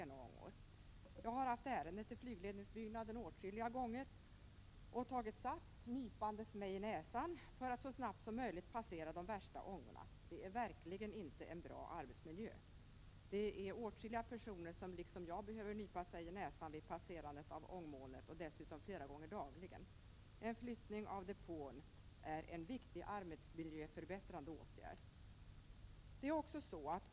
Jag har åtskilliga gånger haft ärende till flygledningsbyggnaden och tagit sats, nypandes mig i näsan, för att så snabbt som möjligt passera de värsta ångorna. Det är verkligen inte en bra arbetsmiljö. Det är åtskilliga personer som liksom jag behöver nypa sig i näsan vid passerandet av ångmolnet; de kan dessutom bli tvungna att göra det flera gånger dagligen. En flyttning av depån är en viktig arbetsmiljöförbättrande åtgärd.